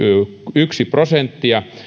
yksi prosenttia